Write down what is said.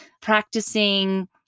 practicing